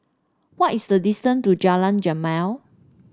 what is the distance to Jalan Jamal